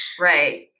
right